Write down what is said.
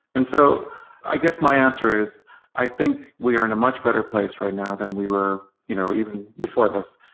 and so i guess my answer is i think we are in a much better place right now than we were you know even before this,